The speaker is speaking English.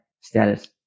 status